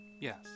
Yes